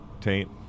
taint